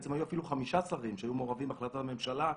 בעצם היו אפילו חמישה שרים שהיו מעורבים בהחלטת הממשלה.